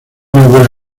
huele